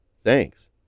Thanks